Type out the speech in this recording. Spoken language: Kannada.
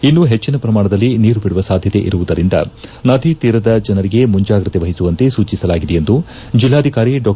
ಇನ್ನು ಹೆಚ್ಚನ ಶ್ರಮಾಣದಲ್ಲಿ ನೀರು ಬಿಡುವ ಸಾಧ್ಯತೆ ಇರುವುದರಿಂದ ನದಿ ತೀರದ ಜನರಿಗೆ ಮುಂಜಾಗ್ರತೆ ವಹಿಸುವಂತೆ ಸೂಚಿಸಲಾಗಿದೆ ಎಂದು ಜಿಲ್ಲಾಧಿಕಾರಿ ಡಾ